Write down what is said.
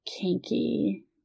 kinky